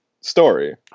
Story